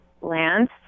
Lance